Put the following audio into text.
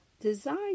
Design